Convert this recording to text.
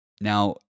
Now